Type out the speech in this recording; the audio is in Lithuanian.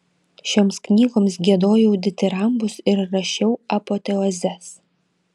šioms knygoms giedojau ditirambus ir rašiau apoteozes